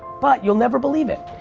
but you'll never believe it.